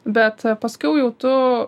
bet paskiau jau tu